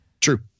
True